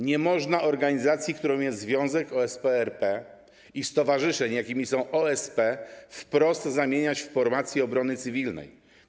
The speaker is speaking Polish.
Nie można organizacji, jaką jest Związek OSP RP i stowarzyszeń, jakimi są OSP, wprost zamieniać w formację obrony cywilnej.